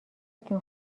جون